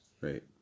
Right